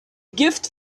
gift